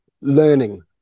Learning